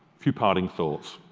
few parting thoughts.